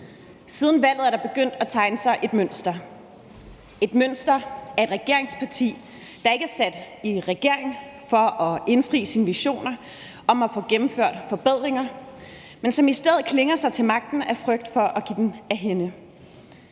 Siden valget er der begyndt at tegne sig et mønster; et mønster for et regeringsparti, der ikke sidder i regering for at indfri sine visioner om at få gennemført forbedringer, men som i stedet klynger sig til magten af frygt for, at den glider dem af hænde.